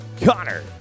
Connor